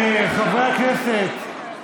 חברי הכנסת.